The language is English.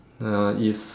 uh it's